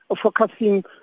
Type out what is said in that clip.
focusing